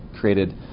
created